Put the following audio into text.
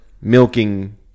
milking